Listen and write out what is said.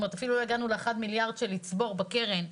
אפילו לא הגענו למיליארד של לצבור בקרן,